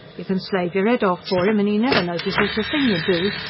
you can slave yer ead off for im, and e never notices a thing you do,